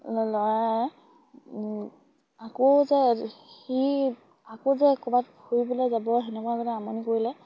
ল'ৰা আকৌ যে সি আকৌ যে ক'ৰবাত ঘূৰিবলে যাব সেনেকুৱা আগতে আমনি কৰিলে